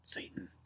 Satan